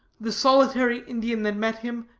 the solitary indian that met him,